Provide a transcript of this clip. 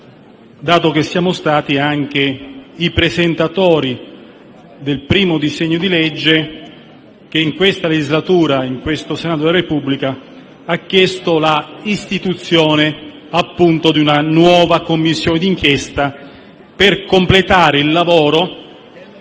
dato che siamo stati i presentatori del primo disegno di legge che in questa legislatura e presso il Senato della Repubblica ha chiesto l'istituzione di una nuova Commissione di inchiesta per completare il lavoro